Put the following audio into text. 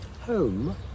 Home